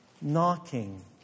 knocking